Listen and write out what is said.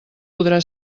podrà